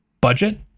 budget